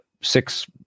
six